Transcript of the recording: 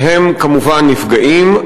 והם כמובן נפגעים.